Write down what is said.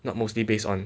not mostly based on